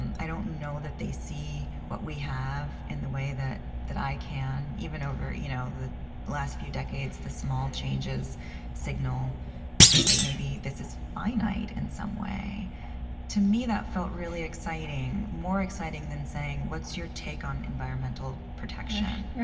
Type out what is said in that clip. and i don't know that they see what we have in the way that that i can. even over you know the last few decades, the small changes signal that maybe this is finite in some way to me, that felt really exciting, more exciting than saying, what's your take on environmental protection?